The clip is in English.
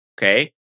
okay